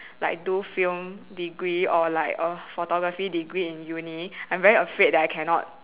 like do film degree or like a photography degree in uni I'm very afraid that I cannot